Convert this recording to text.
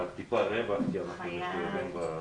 איך אנחנו מכניסים אתכם לקבוצה מיוחדת סקטוריאלית.